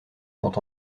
sont